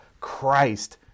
Christ